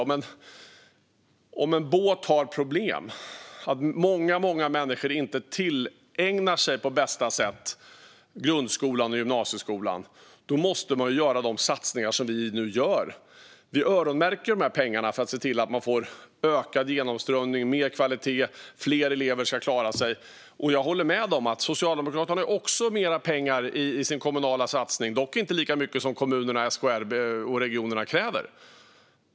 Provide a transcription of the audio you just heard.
Men om det finns problem - om många människor inte tillägnar sig grundskolan och gymnasieskolan - måste man göra de satsningar som vi nu gör. Vi öronmärker pengar för att få ökad genomströmning och mer kvalitet. Fler elever ska klara sig. Jag håller med om att Socialdemokraterna har mer pengar i sin kommunala satsning, dock inte lika mycket som kommunerna, regionerna och SKR kräver.